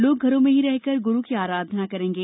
लोग घरों में रहकर ही गुरू की आराधना करेंगे